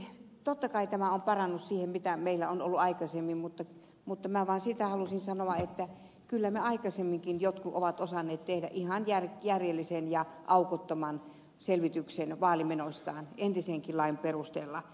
totta kai tämä on parannus siihen mitä meillä on ollut aikaisemmin mutta minä vaan sitä halusin sanoa että kyllä meistä aikaisemminkin jotkut ovat osanneet tehdä ihan järjellisen ja aukottoman selvityksen vaalimenoistaan entisenkin lain perusteella